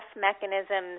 mechanisms